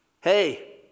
Hey